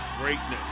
greatness